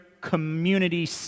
community